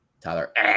Tyler